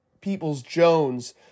Peoples-Jones